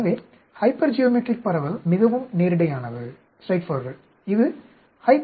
எனவே ஹைப்பர்ஜியோமெட்ரிக் பரவல் மிகவும் நேரிடையானது இது HYPGEOMDIST